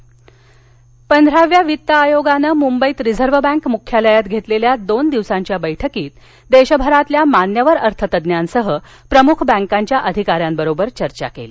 वित्त आयोग बैठक पंधराव्या वित्त आयोगाने मुंबईत रिझर्व बँक मुख्यालयात घेतलेल्या दोन दिवसांच्या बैठकीत देशभरातल्या मान्यवर अर्थतज्ज्ञांसह प्रमुख बँकांच्या अधिकाऱ्यांसोबत चर्चा केली